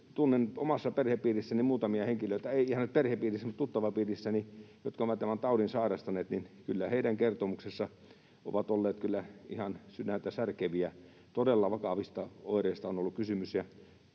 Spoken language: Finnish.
Tunnen omassa perhepiirissäni muutamia henkilöitä — ei ihan nyt perhepiirissä, mutta tuttavapiirissäni — jotka ovat tämän taudin sairastaneet, ja kyllä heidän kertomuksensa ovat olleet ihan sydäntä särkeviä. Todella vakavista oireista on ollut kysymys.